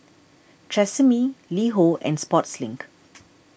Tresemme LiHo and Sportslink